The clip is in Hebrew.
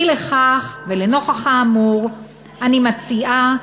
אי-לכך ולנוכח האמור אני מציעה